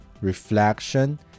reflection